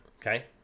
Okay